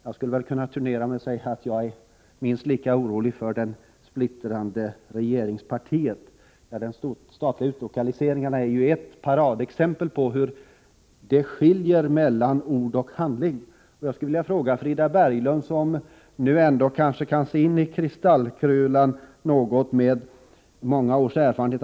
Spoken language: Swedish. Jag skulle kunna kvittera med att säga att jag är minst lika orolig för det splittrade regeringspartiet. De statliga utlokaliseringarna är ett paradexempel på hur det skiljer mellan ord och handling. Jag skulle vilja ställa en fråga till Frida Berglund, som med många års erfarenhet av riksdagsarbete kanske kan se in i kristallkulan.